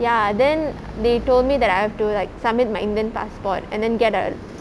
ya then they told me that I have to like submit my indian passport and then get a